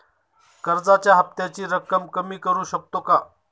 कर्जाच्या हफ्त्याची रक्कम कमी करू शकतो का?